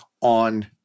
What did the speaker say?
on